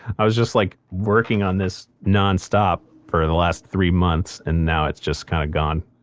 i was just like working on this nonstop for the last three months and now it's just kind of gone,